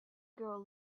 grow